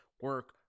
Work